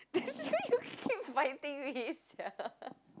this is really you keep biting me sia